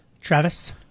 Travis